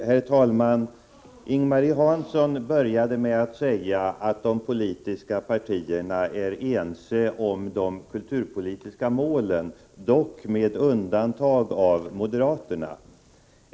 Herr talman! Ing-Marie Hansson började med att säga att de politiska partierna är ense om de kulturpolitiska målen, dock med undantag av moderaterna.